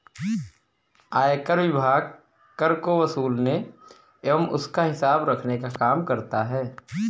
आयकर विभाग कर को वसूलने एवं उसका हिसाब रखने का काम करता है